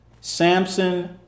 Samson